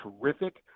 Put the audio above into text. terrific